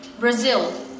Brazil